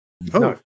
No